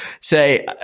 say